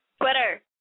Twitter